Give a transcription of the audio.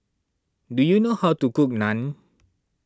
do you know how to cook Naan